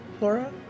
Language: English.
Laura